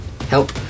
Help